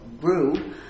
grew